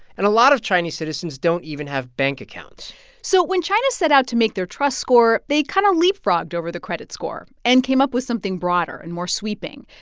and a lot of chinese citizens don't even have bank accounts so when china set out to make their trust score, they kind of leapfrogged over the credit score and came up with something broader and more sweeping.